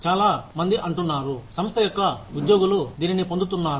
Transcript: చాలా మంది అంటున్నారు సంస్థ యొక్క ఉద్యోగులు దీనిని పొందుతున్నారు